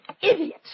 idiot